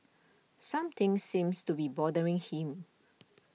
something seems to be bothering him